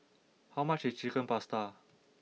how much is Chicken Pasta